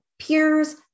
peers